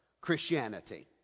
Christianity